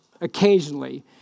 occasionally